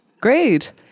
Great